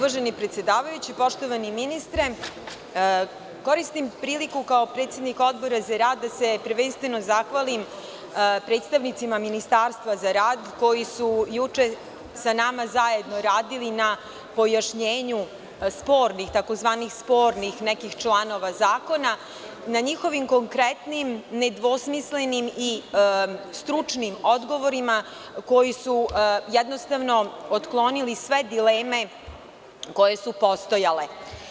Uvaženi predsedavajući, poštovani ministre, koristim priliku kao predsednik Odbora za rad, da se prvenstveno zahvalim predstavnicima Ministarstva za rad, koji su juče sa nama zajedno radili na pojašnjenju spornih tzv. spornih nekih članova zakona, na njihovim konkretnim, nedvosmislenim i stručnim odgovorima koji su jednostavno otklonili sve dileme koje su postojale.